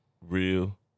real